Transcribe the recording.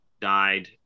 died